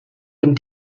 dem